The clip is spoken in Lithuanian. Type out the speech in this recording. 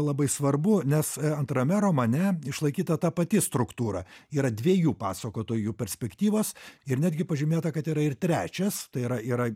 labai svarbu nes antrame romane išlaikyta ta pati struktūra yra dviejų pasakotojų perspektyvos ir netgi pažymėta kad yra ir trečias tai yra yra